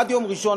עד יום ראשון,